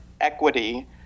equity